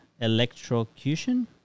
electrocution